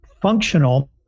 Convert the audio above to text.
functional